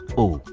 oh,